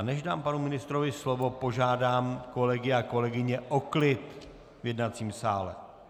Než dám panu ministrovi slovo, požádám kolegy a kolegyně o klid v jednacím sále!